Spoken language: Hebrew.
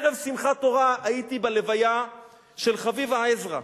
ערב שמחת תורה הייתי בהלוויה של חביבה עזרא,